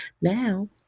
now